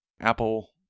Apple